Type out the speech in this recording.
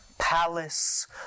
palace